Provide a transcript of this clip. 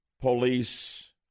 police